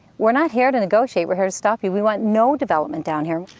we're not here to negotiate, we're here to stop you. we want no development down here.